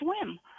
swim